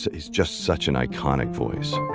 so he's just such an iconic voice